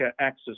access